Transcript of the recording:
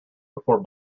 before